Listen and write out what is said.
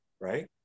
Right